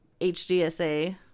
HDSA